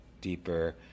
deeper